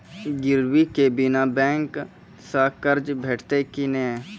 गिरवी के बिना बैंक सऽ कर्ज भेटतै की नै?